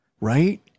right